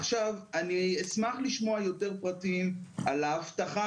עכשיו אני אשמח לשמוע יותר פרטים על ההבטחה